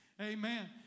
Amen